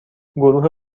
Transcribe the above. گروه